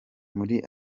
muri